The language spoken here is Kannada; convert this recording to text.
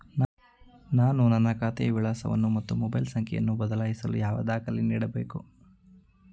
ನಾನು ನನ್ನ ಖಾತೆಯ ವಿಳಾಸವನ್ನು ಮತ್ತು ಮೊಬೈಲ್ ಸಂಖ್ಯೆಯನ್ನು ಬದಲಾಯಿಸಲು ಯಾವ ದಾಖಲೆ ನೀಡಬೇಕು?